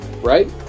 right